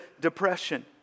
depression